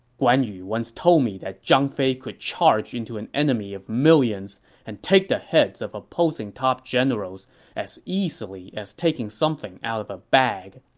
guan yu once told me that zhang fei could charge into an army of millions and take the heads of opposing top generals as easily as taking something out of a bag.